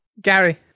Gary